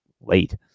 late